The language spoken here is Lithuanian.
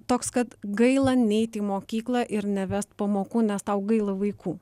toks kad gaila neit į mokyklą ir nevest pamokų nes tau gaila vaikų